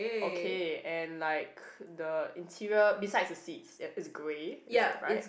okay and like the interior besides the seats it it's grey is that right